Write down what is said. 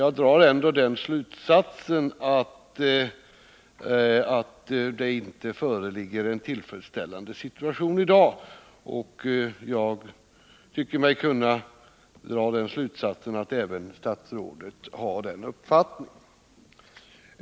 Jag drar ändå den slutsatsen att det inte föreligger en tillfredsställande situation i dag, och jag tycker mig kunna dra slutsatsen att även statsrådet har den uppfattningen.